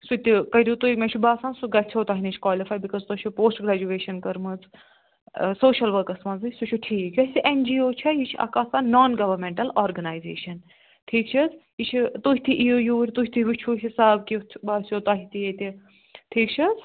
سُہ تہِ کٔرِو تُہۍ مےٚ چھُ باسان سُہ گَژھیٚو تۄہہِ نش کالفے بِکاز تۄہہِ چھو پوسٹ گریجویشن کٔرمٕژ سوشل ؤرکس مَنزے سُہ چھُ ٹھیٖک یوٚس یہِ ایٚن جی او چھَ یہ چھ آسان نا گَوَرمنٹل آرگَنایزیشن ٹھیٖک چھ حظ یہ چھ تُہۍ تہِ اِیِو یور تُہۍ تہِ وچھِو حساب کیُتھ چھُ باسیٚو تۄہہِ تہِ ییٚتہِ ٹھیٖک چھ حظ